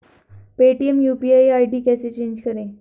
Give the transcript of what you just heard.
Paytm UPI ID कैसे change करें?